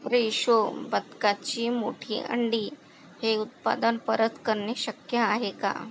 Fresho बदकाची मोठी अंडी हे उत्पादन परत करणे शक्य आहे का